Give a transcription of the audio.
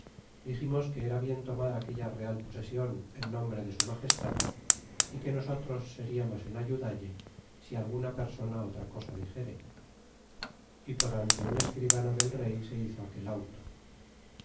diximos que era bien tomar aquella real posesion en nombre de su magestad que nosotros seriamos en ayudalle si alguna persona otra cosa dixere é por ante un escribano del rey se hizo aquel auto